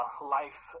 life